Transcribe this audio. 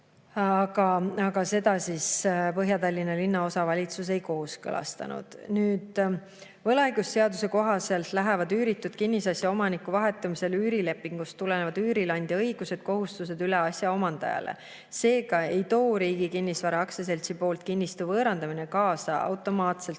Aga seda Põhja-Tallinna Linnaosavalitsus ei kooskõlastanud. Võlaõigusseaduse kohaselt lähevad üüritud kinnisasja omaniku vahetumisel üürilepingust tulenevad üürileandja õigused ja kohustused üle asja omandajale. Seega ei too Riigi Kinnisvara Aktsiaseltsi poolt kinnistu võõrandamine automaatselt